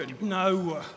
No